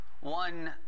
one